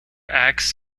acts